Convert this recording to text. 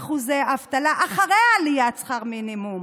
מ-4% אבטלה אחרי עליית שכר המינימום.